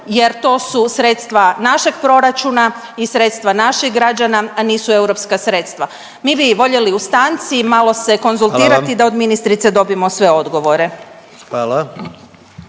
jer to su sredstva našeg proračuna i sredstva naših građana, a nisu europska sredstva. Mi bi voljeli u stanci malo se konzultirati …/Upadica predsjednik: Hvala